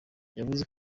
yavuze